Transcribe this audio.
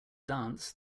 dance